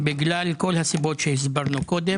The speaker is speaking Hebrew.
בגלל כל הסיבות שהסברנו קודם.